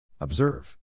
observe